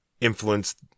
influenced